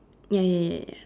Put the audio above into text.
ya ya ya ya ya